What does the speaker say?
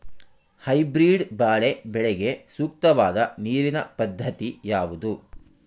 Hybrid ಬಾಳೆ ಬೆಳೆಗೆ ಸೂಕ್ತವಾದ ನೀರಿನ ಪದ್ಧತಿ ಯಾವುದು?